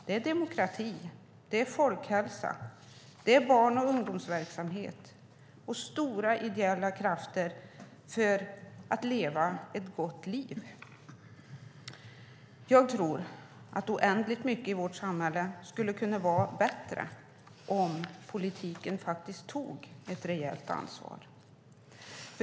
Det handlar om demokrati, folkhälsa, barn och ungdomsverksamhet och stora ideella krafter för ett gott liv. Jag tror att oändligt mycket i vårt samhälle skulle kunna vara bättre om politiken faktiskt tog ett rejält ansvar.